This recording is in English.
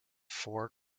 four